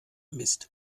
mist